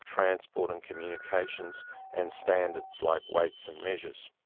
transport and communications and standards like weights and measures.